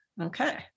Okay